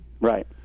Right